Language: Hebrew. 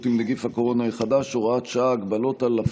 בעד שבעה, מתנגד אחד, אין נמנעים.